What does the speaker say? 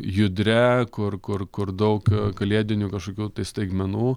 judria kur kur kur daug kalėdinių kažkokių tai staigmenų